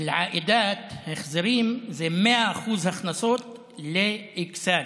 ולזוגות הצעירים.) ההחזרים זה 100% הכנסות לאכסאל,